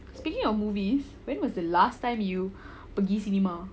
speaking of movies when was the last time you pergi cinema